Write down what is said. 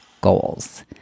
goals